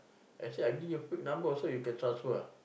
I said I give you fake number also you can transfer ah